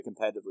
competitively